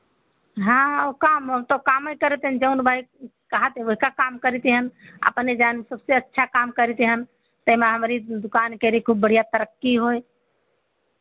हाँ ओह काम हम तो कामै करत हेन जऊन भाई कहत हैं ओहिका काम करी थी हम अपने जान सबसे अच्छ काम करी तेहम तेहमा हमरी दुकान केरी खूब बढ़ियाँ तरक्की होए